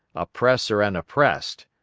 oppressor and oppressed,